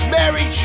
Mary